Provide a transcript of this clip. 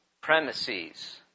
premises